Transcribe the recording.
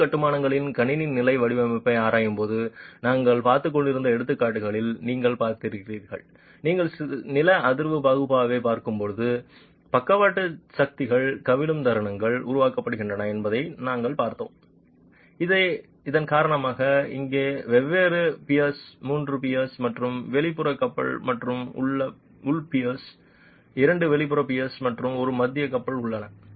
கொத்து கட்டுமானங்களின் கணினி நிலை வடிவமைப்பை ஆராயும்போது நாங்கள் பார்த்துக்கொண்டிருந்த எடுத்துக்காட்டுகளில் நீங்கள் பார்த்திருக்கிறீர்கள் நீங்கள் நில அதிர்வு பகுப்பாய்வைப் பார்க்கும்போது பக்கவாட்டு சக்திகள் கவிழும் தருணங்களை உருவாக்குகின்றன என்பதை நாங்கள் பார்த்தோம் இதன் காரணமாக இங்கே வெவ்வேறு பியர்ஸ் மூன்று பியர்ஸ் மற்றும் வெளிப்புற கப்பல் மற்றும் உள் பியர்ஸ் இரண்டு வெளிப்புற பியர்ஸ் மற்றும் ஒரு மத்திய கப்பல் உள்ளன